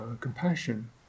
compassion